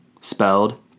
spelled